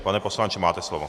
Pane poslanče, máte slovo.